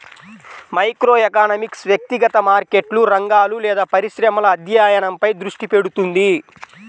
microeconomics వ్యక్తిగత మార్కెట్లు, రంగాలు లేదా పరిశ్రమల అధ్యయనంపై దృష్టి పెడుతుంది